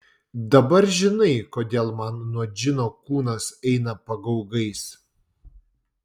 dabar žinai kodėl man nuo džino kūnas eina pagaugais